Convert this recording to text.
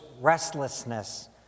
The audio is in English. restlessness